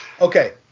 Okay